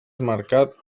marcat